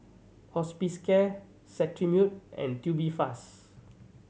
Hospicare Cetrimide and Tubifast